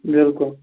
بالکُل